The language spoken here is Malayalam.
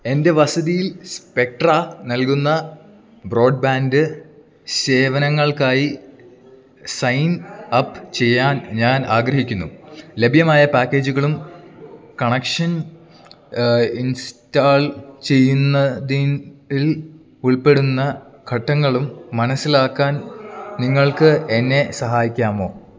എൻറ്റെ വസിതിയിൽ സ്പെക്ട്ര നൽകുന്ന ബ്രോഡ് ബാൻഡ് സേവനങ്ങൾക്കായി സൈൻ അപ്പ് ചെയ്യാൻ ഞാൻ ആഗ്രഹിക്കുന്നു ലഭ്യമായ പാക്കേജുകളും കണക്ഷൻ ഇൻസ്റ്റാൾ ചെയ്യുന്നതിൽ ഉൾപ്പെടുന്ന ഘട്ടങ്ങളും മനസ്സിലാക്കാൻ നിങ്ങൾക്ക് എന്നെ സഹായിക്കാമോ